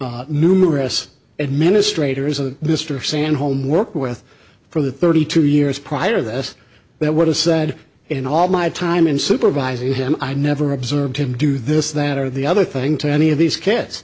from numerous administrators of mr stan homework with from the thirty two years prior to this that what was said in all my time in supervising him i never observed him do this that or the other thing to any of these kids